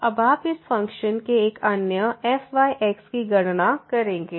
अब आप इस फ़ंक्शन के एक अन्य fyx की गणना करेंगे